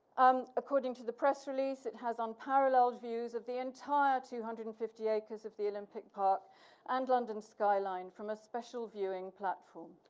um according to the press release, it has unparalleled views of the entire two hundred and fifty acres of the olympic park and london skyline from a special viewing platform.